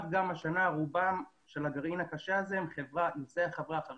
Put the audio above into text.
בעצמי חייל בודד לשעבר ונמצא בקשר עם רבים מהחיילים